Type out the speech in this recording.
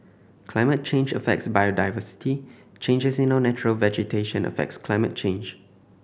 climate change affects biodiversity changes in our natural vegetation affects climate change